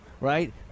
right